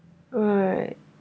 right